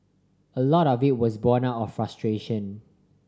a lot of it was born out of frustration